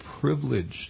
privileged